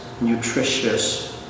nutritious